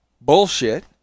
bullshit